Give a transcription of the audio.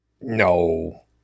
no